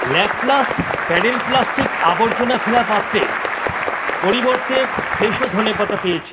Laplast pedal plastic আবর্জনা ফেলা পাত্রের পরিবর্তে ফ্রেশো ধনে পাতা পেয়েছি